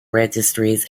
registries